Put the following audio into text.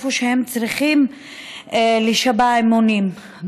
שבה שהם היו צריכים להישבע אמונים.